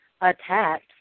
attacked